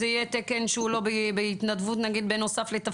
זה יהיה תקן שהוא לא בהתנדבות בנוסף לתפקיד?